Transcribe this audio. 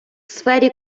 сфері